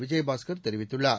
விஜயபாஸ்கர் தெரிவித்துள்ளார்